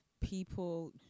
people